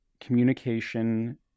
Communication